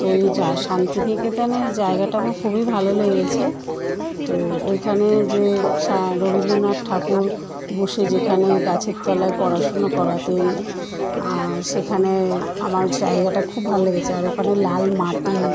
তো এই যা শান্তিনিকেতনে জায়গাটা আমার খুবই ভালো লেগেছে তো ওখানে যে সা রবীন্দ্রনাথ ঠাকুর বসে যেখানে গাছের তলায় পড়াশোনা করাতেন সেখানে আমার জায়গাটা খুব ভাল লেগেছে আর ওখানে লাল মাটি